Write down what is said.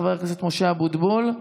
חבר הכנסת משה אבוטבול.